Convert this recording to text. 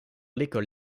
l’école